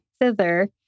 thither